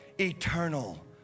eternal